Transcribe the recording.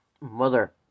Mother